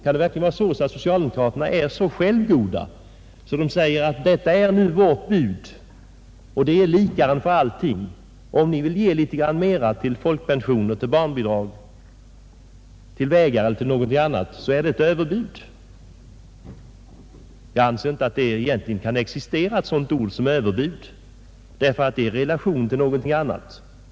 Kan det verkligen vara så att socialdemokraterna är så självgoda att de säger: Detta är vårt bud och det är likaren för allting, och om oppositionen vill ge litet mer till folkpensioner, barnbidrag, vägar eller något annat så är det överbud? Jag anser inte att det egentligen kan existera ”överbud”, ty i så fall måste det ställas i relation till något annat.